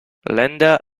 lender